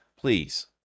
please